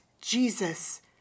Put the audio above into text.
Jesus